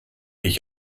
ich